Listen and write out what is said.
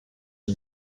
une